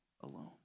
alone